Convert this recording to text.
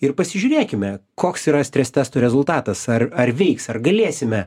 ir pasižiūrėkime koks yra strestesto rezultatas ar ar veiks ar galėsime